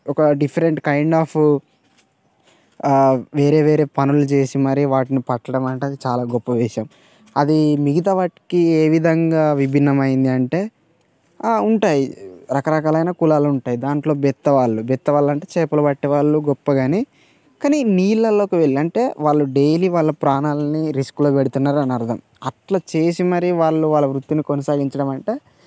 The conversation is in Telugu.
ఒక డిఫరెంట్ కైండ్ ఆఫ్ వేరే వేరే పనులు చేసి మరీ వాటిని పట్టడం అంటే అది చాలా గొప్ప విషయం అది మిగతా వాటికి ఏ విధంగా విభిన్నమైంది అంటే ఉంటాయి రకరకాలైన కులాలు ఉంటాయి దాంట్లో బెత్తవాళ్ళు బెత్తవాళ్ళు అంటే చేపలు పట్టే వాళ్ళు గొప్ప గానీ కానీ నీళ్ళలోకి వెళ్ళి అంటే వాళ్ళు డైలీ వాళ్ళ ప్రాణాలని రిస్క్లో పెడుతున్నారు అని అర్థం అట్ల చేసి మరి వాళ్ళు వాళ్ళ వృత్తిని కొనసాగించడం అంటే